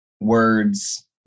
words